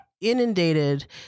inundated